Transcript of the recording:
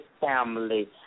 family